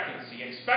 expectancy